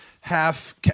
half